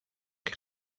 que